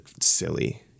silly